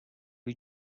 you